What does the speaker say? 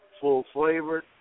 full-flavored